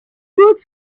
fruits